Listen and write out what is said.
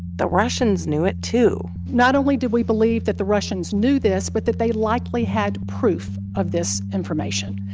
the russians knew it, too not only did we believe that the russians knew this but that they likely had proof of this information.